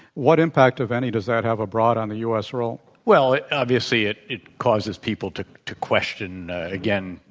what impact, if any, does that have abroad on the u. s. role? well, it obviously, it it causes people to to question, again,